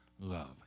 love